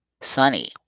sunny